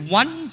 one